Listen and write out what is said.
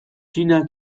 txina